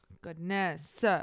goodness